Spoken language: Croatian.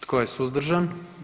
Tko je suzdržan?